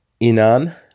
Inan